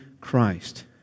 Christ